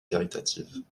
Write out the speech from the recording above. caritatives